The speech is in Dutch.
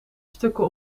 stukken